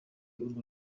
urwo